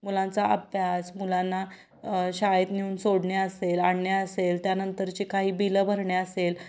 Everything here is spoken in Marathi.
मुलांचा अभ्यास मुलांना शाळेत नेऊन सोडणे असेल आणणे असेल त्यानंतरची काही बिलं भरणे असेल